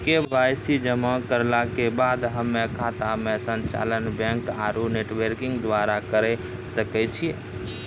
KYC जमा करला के बाद हम्मय खाता के संचालन बैक आरू नेटबैंकिंग द्वारा करे सकय छियै?